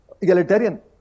egalitarian